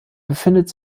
befindet